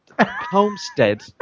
homestead